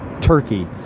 Turkey